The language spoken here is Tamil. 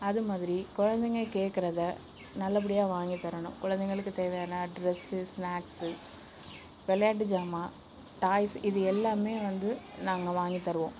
அது மாதிரி குழந்தைங்க கேட்கறத நல்லபடியாக வாங்கித் தரணும் குழந்தைங்களுக்குத் தேவையான ட்ரெஸ்ஸு ஸ்நாக்ஸு விளையாட்டு ஜாமான் டாய்ஸ் இது எல்லாமே வந்து நாங்கள் வாங்கித் தருவோம்